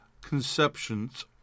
conceptions